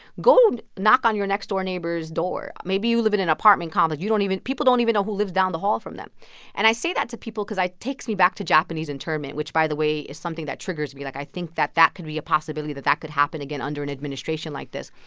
go knock on your next-door neighbor's door. maybe you live in an apartment complex. you don't even people don't even know who lives down the hall from them and i say that to people because i takes me back to japanese internment, which, by the way, is something that triggers me. like, i think that that could be a possibility, that that could happen again under an administration like this.